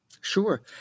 Sure